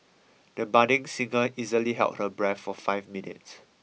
the budding singer easily held her breath for five minutes